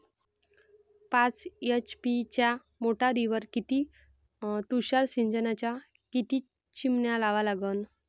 पाच एच.पी च्या मोटारीवर किती तुषार सिंचनाच्या किती चिमन्या लावा लागन?